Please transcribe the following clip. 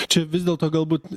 čia vis dėlto galbūt